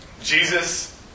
Jesus